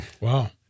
Wow